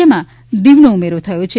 જેમાં દીવનો ઉમેરો થયો છે